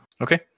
Okay